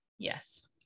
Yes